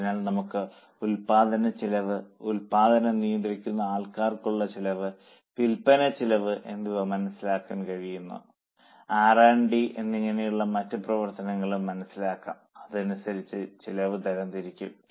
അതിനാൽ നമുക്ക് ഉൽപാദനച്ചെലവ് ഉൽപാദനം നിയന്ത്രിക്കുന്ന ആൾക്കുള്ള ചിലവ് വിൽപ്പനച്ചെലവ് എന്നിവ മനസ്സിലാക്കാൻ കഴിയുന്നു ആർ ഡി RD എന്നിങ്ങനെയുള്ള മറ്റു പ്രവർത്തനങ്ങളും മനസ്സിലാക്കാം അതിനനുസരിച്ച് ചെലവ് തരംതിരിക്കും